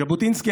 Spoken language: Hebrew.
ז'בוטינסקי,